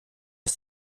ist